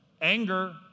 Anger